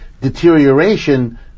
deterioration